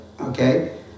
Okay